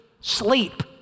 sleep